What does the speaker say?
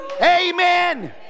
amen